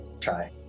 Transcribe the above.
try